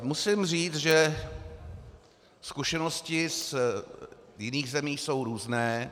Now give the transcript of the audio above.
Musím říct, že zkušenosti z jiných zemí jsou různé.